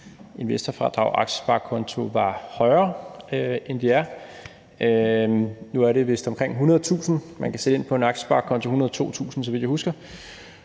investorfradrag og aktiesparekonto var højere, end de er. Nu er det vist omkring 100.000 kr., man kan sætte ind på en aktiesparekonto – 102.000, så vidt jeg husker.